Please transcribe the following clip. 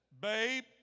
babe